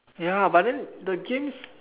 ya but then the games